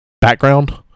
background